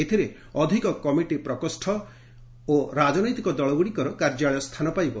ଏଥିରେ ଅଧିକ କମିଟି ପ୍ରକୋଷ୍ଠ ଓ ରାଜନୈତିକ ଦଳଗ୍ରଡ଼ିକର କାର୍ଯ୍ୟାଳୟ ସ୍ଥାନ ପାଇବ